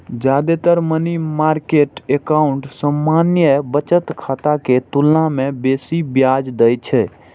जादेतर money market account सामान्य बचत खाता के तुलना मे बेसी ब्याज दै छै